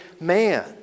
man